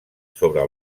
sobre